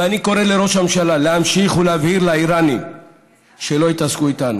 ואני קורא לראש הממשלה להמשיך ולהבהיר לאיראנים שלא יתעסקו איתנו.